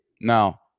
Now